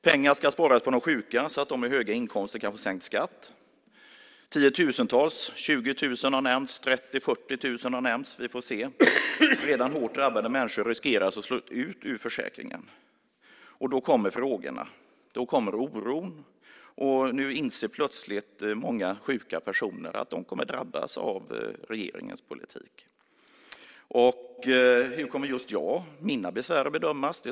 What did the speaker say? Pengar ska sparas på de sjuka så att de med höga inkomster kan få sänkt skatt. Tiotusentals - siffror som 20 000, 30 000 eller 40 000 har nämnts, vi får se vilken som är rätt - redan hårt drabbade människor riskerar att slås ut ur försäkringen. Då kommer frågorna. Då kommer oron. Nu inser plötsligt många sjuka personer att de kommer att drabbas av regeringens politik. Hur kommer jag och mina besvär att bedömas?